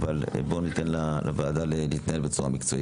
אבל בואו ניתן לוועדה להתנהל בצורה מקצועית.